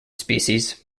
species